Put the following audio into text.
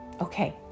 Okay